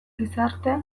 gizarte